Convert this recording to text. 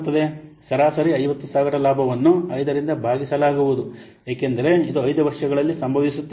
ಸರಾಸರಿ 50000 ಲಾಭವನ್ನು 5 ರಿಂದ ಭಾಗಿಸಲಾಗುವುದು ಏಕೆಂದರೆ ಇದು 5 ವರ್ಷಗಳಲ್ಲಿ ಸಂಭವಿಸುತ್ತಿದೆ